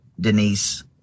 Denise